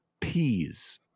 Peas